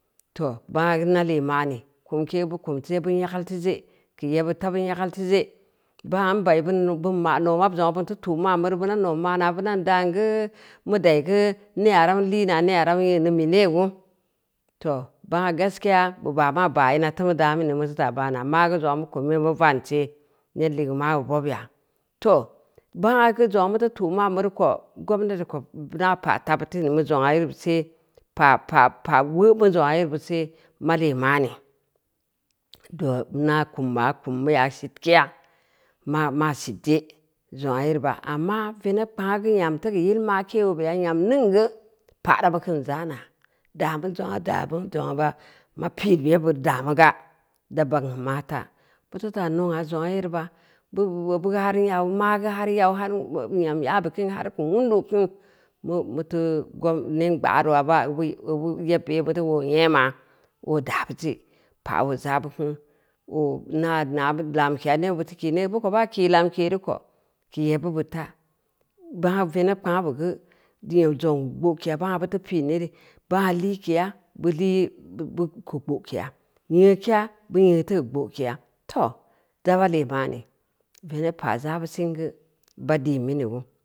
Too, bangn geu na lee ma’ni, kumke bu kum bu nyageud teu ze, keu yebbid ta bu nyakeul teu ze, bangna nba bin ma’ nooma zongna bin teu tu’ma’n bure bina nom ma’na binan dan geuu, mu da yi geu, near a mu lii na, near a mu nyeun neu mende geu? Too, bangna gaskiya bub a maa baa ina teumu damin neu mu teu taa baana, maa geu zongna mu kum yee geu vansee, ned ligeu maabeu bobya. Too, bangna geu zongna muteu tu’ ma’’n bureu ko, gomnati ko, ina pa’ tabu tin mu zongna yere bu see, pa’ pa’ pa’ weumu zongna yere bu see, malee ma’ni, doo ina kumma kummuya sitkeya, ma maa sit je zongna yere ba, amma veneb kpangnu geu nyam teu keu yil ma’ke oo beya nyam ningn geu, pa’rabu kin za’na da bu zongn da bu zong ga, ma piin yebu daa mu ga, da bagn geu maata, buteu taa nongna zongna yere ba bu bobbu ga har yau magu har yau nyam yaabu kin har keu wundu kin muteu neng gbaaroo abil yebbu yoo buteu oo nyemma oo daabiye pa’ oo jab uku oo ina nya bu lamkeya nebbid teu kinye obu ko baa kii lamke reu ko keu yebbu bid ta, bangna veneb kpangnu be geu deu zong gbokeya bangna buteu piin yere, bangua lii keya, bu lii teu keu gbo’kega, nyeukeya bu nyeu teu keu gbo keya, too, zu ba lee baani? Veneb pa’ za’bu singu, ba din binu gin.